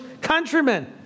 countrymen